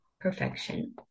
perfection